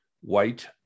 white